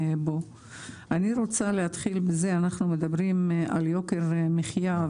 אנחנו מדברים על יוקר המחייה,